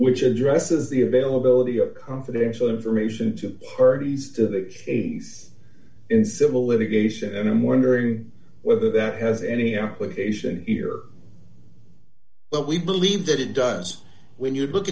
which addresses the availability of confidential information to her these days in civil litigation and i'm wondering whether that has any application here but we believe that it does when you look